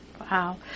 Wow